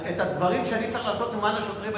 אני יודע מה אני צריך לעשות למען השוטרים.